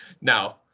Now